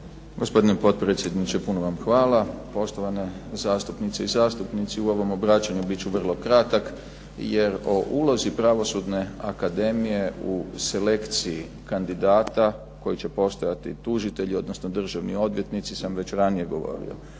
Gospodine potpredsjedniče puno vam hvala. Poštovane zastupnice i zastupnici u ovom obraćanju bit ću vrlo kratak jer o ulozi Pravosudne akademije u selekciji kandidata koji će postajati tužitelji, odnosno državni odvjetnici, sam već ranije govorio.